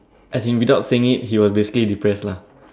as in without saying it he was basically depressed lah